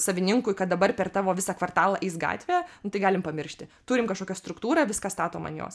savininkui kad dabar per tavo visą kvartalą eis gatvė tai galim pamiršti turim kažkokią struktūrą viską statom ant jos